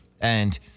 And-